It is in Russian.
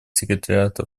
секретариата